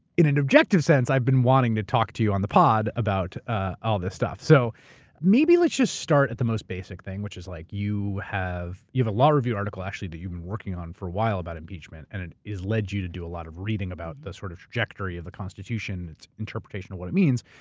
in an objective sense, i've been wanting to talk to you on the pod about ah all this stuff. so maybe let's just start at the most basic thing, which is like you have a law review article actually that you've been working on for a while about impeachment. and it has led you to do a lot of reading about the sort of trajectory of the constitution, its interpretation of what it means.